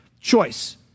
choice